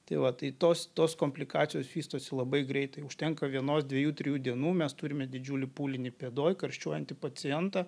tai va tai tos tos komplikacijos vystosi labai greitai užtenka vienos dviejų trijų dienų mes turime didžiulį pūlinį pėdoj karščiuojantį pacientą